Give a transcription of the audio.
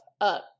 up